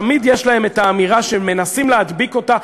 תמיד יש להם את האמירה שהם מנסים להדביק אותה,